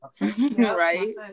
right